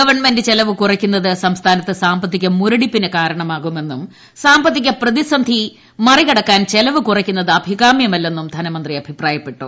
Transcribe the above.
government ്ചെലവ് കുറയ്ക്കുന്നത് സംസ്ഥാനത്ത് സാമ്പത്തിക മുരടിപ്പിന് കാരണമാകുമെന്നും സാമ്പത്തിക പ്രതിസന്ധി മറികടക്കാൻ അഭികാമൃമല്ലെന്നും ധനമന്ത്രി അഭിപ്രായപ്പെട്ടു